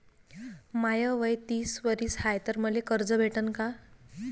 माय वय तीस वरीस हाय तर मले कर्ज भेटन का?